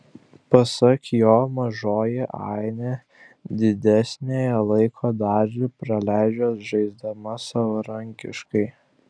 pasak jo mažoji ainė didesniąją laiko dalį praleidžia žaisdama savarankiškai